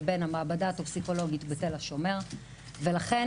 לבין המעבדה הטוקסיקולוגית בתל השומר ולכן